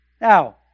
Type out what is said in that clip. Now